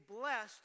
blessed